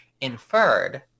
inferred